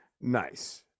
Nice